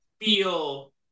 feel